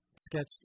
sketched